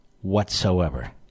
whatsoever